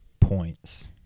points